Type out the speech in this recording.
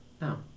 No